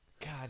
God